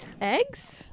Eggs